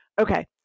okay